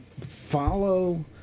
follow